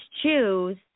choose